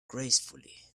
gracefully